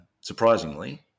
surprisingly